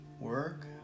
work